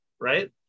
right